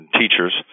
teachers